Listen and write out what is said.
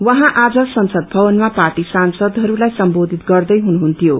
उहाँ आज संसद भवनमा पार्टी सांसदहस्लाई सम्बोषित गर्दै हुनुहन्थ्यो